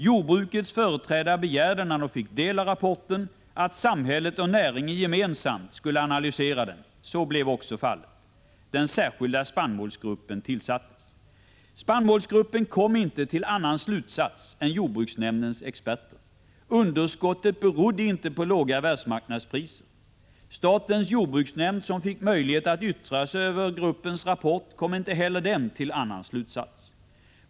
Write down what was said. Jordbrukets företrädare begärde, när de fick del av rapporten, att samhället och näringen gemensamt skulle analysera den. Så blev också fallet. Prot. 1985/86:160 En särskild spannmålsgrupp tillsattes. Spannmålsgruppen kom inte till annan 3 juni 1986 slutsats än jordbruksnämndens experter. Underskottet berodde inte på låga världsmarknadspriser. Statens jordbruksnämnd, som fick möjlighet att yttra Reglering gy pyskerna IN § 5 På jordbruksproduksig över gruppens rapport, kom inte heller den till annan slutsats.